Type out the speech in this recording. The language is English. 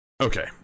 Okay